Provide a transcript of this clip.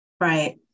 Right